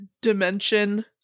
dimension